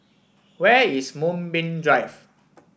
where is Moonbeam Drive